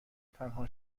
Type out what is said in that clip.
تنها